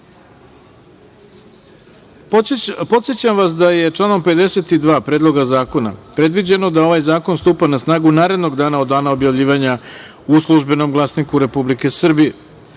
amandman. Podsećam vas da je članom 52. Predloga zakona predviđeno da ovaj zakon stupa na snagu narednog dana od dana objavljivanja u „Službenom glasniku Republike Srbije“.Prema